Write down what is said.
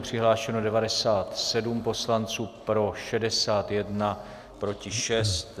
Přihlášeno 97 poslanců, pro 61, proti 6.